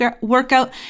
workout